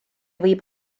võib